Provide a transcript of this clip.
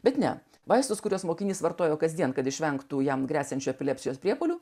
bet ne vaistus kuriuos mokinys vartojo kasdien kad išvengtų jam gresiančio epilepsijos priepuolių